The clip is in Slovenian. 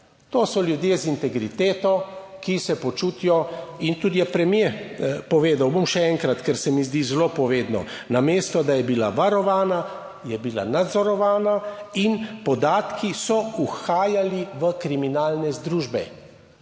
To so ljudje z integriteto, ki se počutijo in tudi je premier povedal, bom še enkrat, ker se mi zdi zelo povedno: namesto, da je bila varovana, je bila nadzorovana in podatki so uhajali v kriminalne združbe.